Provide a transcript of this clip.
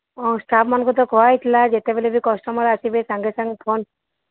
ହଁ ଷ୍ଟାଫ୍ମାନଙ୍କୁ ତ କୁହା ହୋଇଥିଲା ଯେତେବେଳେ ବି କଷ୍ଟମର୍ ଆସିବେ ସାଙ୍ଗେ ସାଙ୍ଗେ ଫୋନ୍